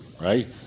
right